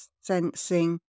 sensing